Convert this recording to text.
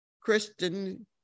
Kristen